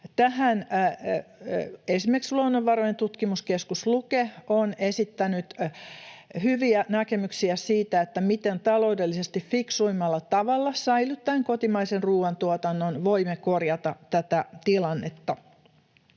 Esimerkiksi luonnonvarojen tutkimuskeskus Luke on esittänyt hyviä näkemyksiä siitä, miten taloudellisesti fiksuimmalla tavalla, säilyttäen kotimaisen ruuantuotannon, voimme korjata tätä tilannetta.